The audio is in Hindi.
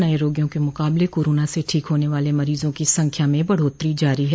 नये रोगियों के मुकाबले कोरोना से ठीक होने वाले मरीजों की संख्या में बढ़ोत्तरी जारी है